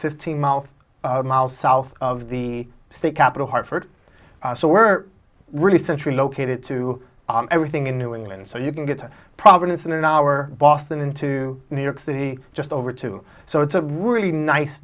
fifteen miles miles south of the state capital hartford so we're really centrally located to everything in new england so you can get to providence and our boston into new york city just over two so it's a really nice